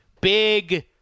big